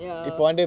ya